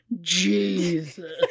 Jesus